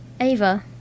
Ava